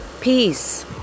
Peace